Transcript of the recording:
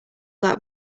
that